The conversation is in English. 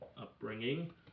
upbringing